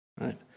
right